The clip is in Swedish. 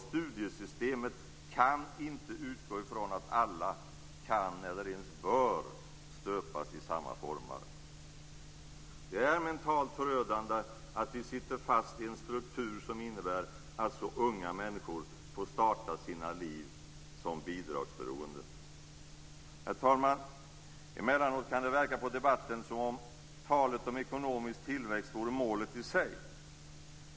Studiesystemet kan inte utgå från att alla kan, eller ens bör, stöpas i samma formar. Det är mentalt förödande att vi sitter fast i en struktur som innebär att så unga människor får starta sina liv som bidragsberoende. Herr talman! Emellanåt kan det i debatten verka som om talet om ekonomisk tillväxt är målet i sig.